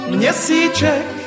měsíček